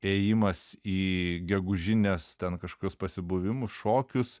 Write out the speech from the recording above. ėjimas į gegužines ten kažkas pasibuvimus šokius